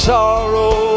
sorrow